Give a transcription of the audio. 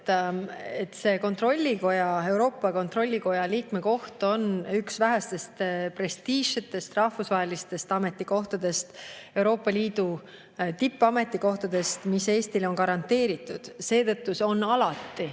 Euroopa Kontrollikoja liikme koht on üks vähestest prestiižsetest rahvusvahelistest ametikohtadest, Euroopa Liidu tippametikohtadest, mis Eestile on garanteeritud. Seetõttu on see alati,